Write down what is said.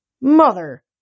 Mother